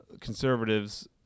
conservatives